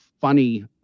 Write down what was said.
funny